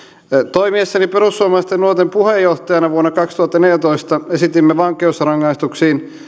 toimiessani perussuomalaisten nuorten puheenjohtajana vuonna kaksituhattaneljätoista esitimme vankeusrangaistuksiin